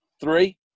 three